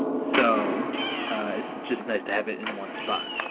so it's just nice to have it in one spot,